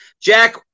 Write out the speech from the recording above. Jack